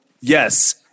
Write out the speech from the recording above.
Yes